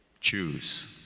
choose